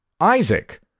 Isaac